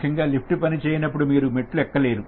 ముఖ్యంగా లిఫ్ట్ పనిచేయనప్పుడు మీరు మెట్లు ఎక్కలేరు